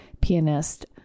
pianist